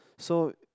so